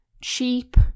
cheap